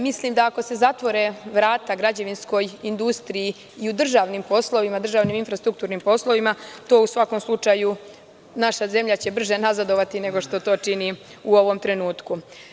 Mislim, da ako se zatvore vrata građevinskoj industriji i u državnim poslovima, državnim infrastrukturnim poslovima to u svakom slučaju naša zemlja će brže nazadovati, nego što to čini u ovom trenutku.